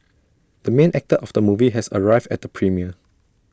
the main actor of the movie has arrived at the premiere